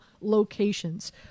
locations